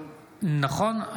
נכון.